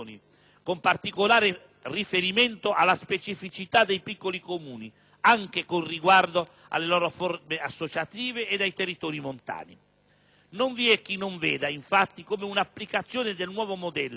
con particolare riferimento alla specificità dei piccoli Comuni, anche con riguardo alle loro forme associative, e dei territori montani. Non vi è chi non veda, infatti, come una applicazione del nuovo modello